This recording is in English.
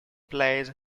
plays